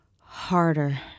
Harder